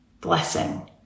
blessing